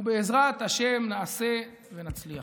ובעזרת השם נעשה ונצליח.